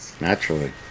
Naturally